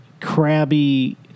crabby